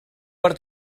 per